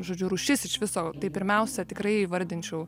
žodžiu rūšis iš viso tai pirmiausia tikrai įvardinčiau